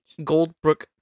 Goldbrook